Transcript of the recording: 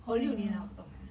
or 六年啊不懂啊